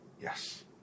Yes